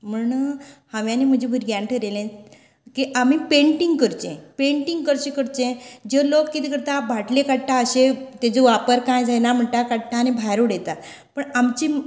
म्हण हांवें आनी म्हज्या भुरग्यांन थारायलें की आमी पेन्टिंग करचें पेन्टिंग कशें करचें जे लोक कितें करता बाटल्यो काडटा अशे तेजो वापर कांय जायना म्हणटा काडटा आनी भायर उडयता पण आमची